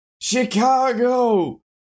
Chicago